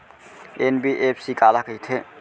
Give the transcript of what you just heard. NBFC काला कहिथे?